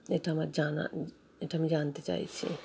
এটা আমার জানা এটা আমি জানতে চাইছি